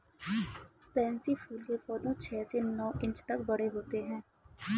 pansy फूल के पौधे छह से नौ इंच तक बड़े होते हैं